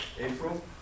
April